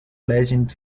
legend